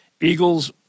Eagles